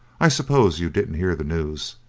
i suppose you didn't hear the news,